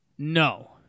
No